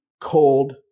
cold